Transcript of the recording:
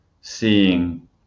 seeing